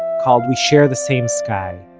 called we share the same sky,